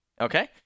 Okay